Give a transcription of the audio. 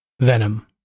Venom